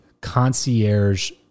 concierge